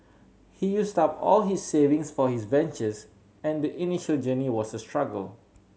he used up all his savings for his ventures and the initial journey was a struggle